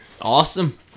awesome